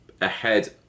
ahead